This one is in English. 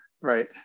right